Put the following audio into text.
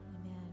Amen